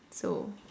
so